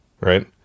right